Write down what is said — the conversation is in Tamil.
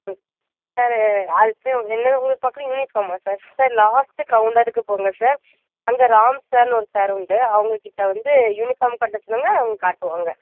ம் சார் அடுத்து என்னது உங்களுக்கு பார்க்கணும் யூனிஃபார்மா சார் சார் லாஸ்ட்டு கவுண்டருக்கு போங்க சார் அங்கே ராம் சார்னு ஒரு சார் உண்டு அவங்ககிட்ட வந்து யூனிஃபார்ம் காட்ட சொல்லுங்க அவங்க காட்டுவாங்க